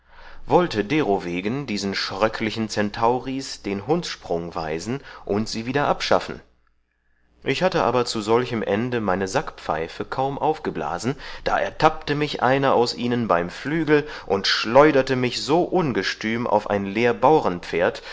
wollte derowegen diesen schröcklichen centauris den hundssprung weisen und sie wieder abschaffen ich hatte aber zu solchem ende meine sackpfeife kaum aufgeblasen da ertappte mich einer aus ihnen beim flügel und schleuderte mich so ungestüm auf ein